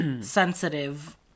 sensitive